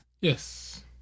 Yes